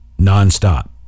nonstop